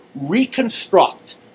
reconstruct